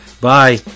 Bye